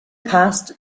past